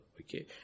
Okay